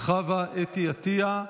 חוה אתי עטייה,